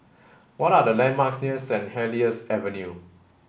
what are the landmarks near Saint Helier's Avenue